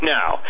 now